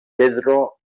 pedro